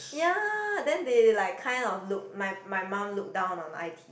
ya then they like kind of look my my mum look down on i_t_e